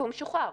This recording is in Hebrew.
והוא משוחרר.